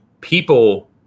people